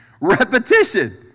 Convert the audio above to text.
Repetition